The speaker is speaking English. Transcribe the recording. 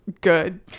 good